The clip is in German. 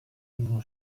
diesem